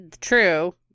True